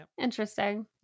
Interesting